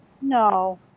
No